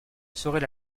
serait